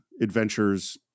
adventures